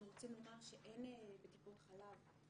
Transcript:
אנחנו רוצים לומר שאין מספיק הדרכות בטיפות חלב.